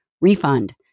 refund